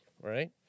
right